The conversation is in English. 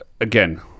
again